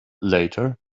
later